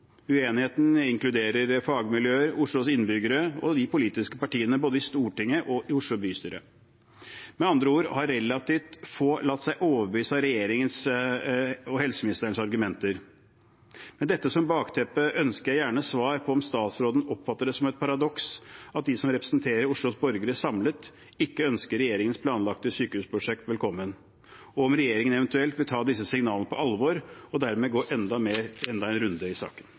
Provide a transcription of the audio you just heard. Uenigheten inkluderer fagmiljøer, Oslos innbyggere og de politiske partiene både i Stortinget og i Oslo bystyre. Med andre ord har relativt få latt seg overbevise av regjeringens og helseministerens argumenter. Med dette som bakteppe ønsker jeg gjerne svar på om statsråden oppfatter det som et paradoks at de som representerer Oslos borgere samlet, ikke ønsker regjeringens planlagte sykehusprosjekt velkommen, og om regjeringen eventuelt vil ta disse signalene på alvor og dermed gå enda en runde i saken.